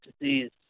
disease